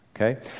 Okay